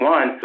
One